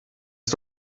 ist